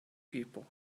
people